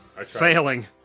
Failing